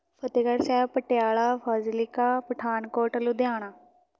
Fatehgarh Sahib Patiala Fazilka Pathankot Ludhiana